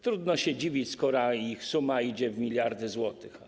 Trudno się dziwić, skoro ich suma idzie w miliardy złotych.